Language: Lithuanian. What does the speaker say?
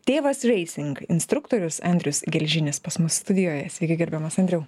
tėvas racing instruktorius andrius gelžinis pas mus studijoje sveiki gerbiamas andriau